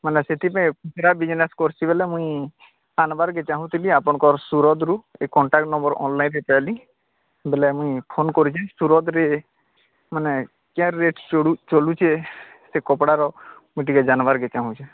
ବୋଲେ ସେଥିରେ କପଡ଼ା ବିଜନେସ୍ କରୁଛି ବୋଲେ ମୁଁ ଆଣିବାର କେ ଚାଁହୁଥିଲି ଆପଣଙ୍କ ସୁରତରୁ ଏ କଣ୍ଟାକ୍ ନମ୍ବର୍ ଅନଲାଇନ୍ରେ ପାଇଲି ବୋଲେ ମୁଁ ଫୋନ୍ କରିଥିଲି ସୁରତରେ ମାନେ ତାର ରେଟ୍ ଚାଲୁଛି ସେ କପଡ଼ାର ମୁଁ ଟିକେ ଜାଣିବାର ଚାଁହୁଛି